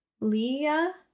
Leah